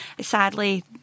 Sadly